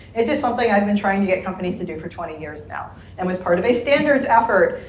is is something i've been trying to get companies to do for twenty years now and was part of a standards effort,